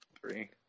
three